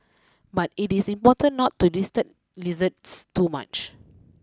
but it is important not to disturb lizards too much